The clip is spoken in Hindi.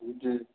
जी